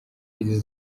y’izi